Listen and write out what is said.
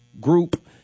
group